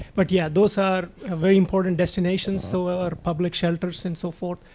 but yeah, those are very important destinations. so are our public shelters and so forth.